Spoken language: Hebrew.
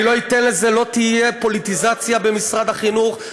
אני לא אתן לזה, לא תהיה פוליטיזציה במשרד החינוך.